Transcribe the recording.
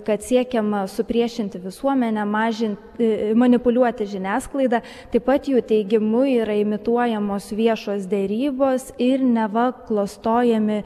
kad siekiama supriešinti visuomenę mažinti manipuliuoti žiniasklaida taip pat jų teigimu yra imituojamos viešos derybos ir neva klastojami